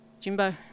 Jimbo